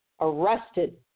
arrested